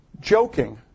joking